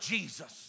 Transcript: Jesus